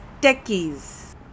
techies